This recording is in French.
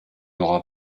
aura